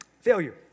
Failure